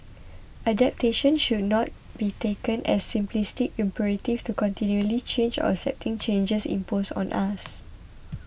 adaptation should not be taken as the simplistic imperative to continually change or accepting changes imposed on us